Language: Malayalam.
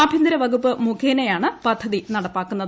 ആഭ്യന്തര വകുപ്പ് മുഖേനയാണ് പദ്ധതി നടപ്പാക്കുന്നത്